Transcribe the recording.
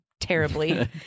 terribly